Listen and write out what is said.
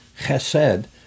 chesed